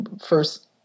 first